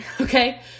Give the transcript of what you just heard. Okay